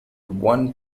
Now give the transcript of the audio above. one